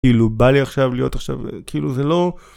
כאילו בא לי עכשיו להיות עכשיו כאילו זה לא.